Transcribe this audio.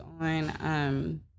on